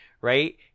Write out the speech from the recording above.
right